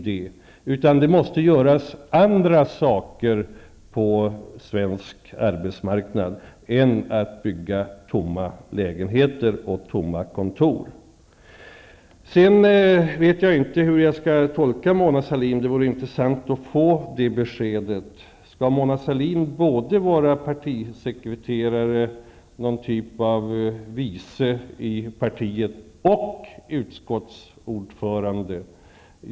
Det måste göras andra saker på svensk arbetsmarknad än att bygga lägenheter och kontor som kommer att stå tomma. Jag vet inte hur jag skall tolka Mona Sahlin, och det vore intressant att få ett besked om det. Skall Mona Sahlin vara både partisekreterare, någon typ av vice i partiet, och utskottsordförande?